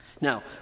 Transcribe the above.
Now